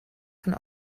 von